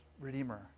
Redeemer